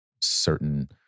certain